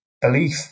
belief